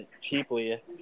cheaply